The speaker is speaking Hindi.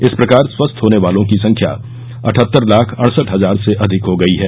इस प्रकार स्वस्थ होने वालों की संख्या अठहत्तर लाख अडसठ हजार से अधिक हो गई है